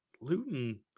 Luton